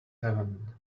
heaven